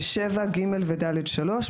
ו-(7), (ג) ו-(ד)(3)".